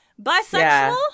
Bisexual